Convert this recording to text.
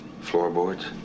floorboards